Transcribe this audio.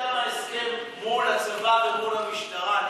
נחתם ההסכם מול הצבא ומול המשטרה.